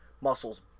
Muscles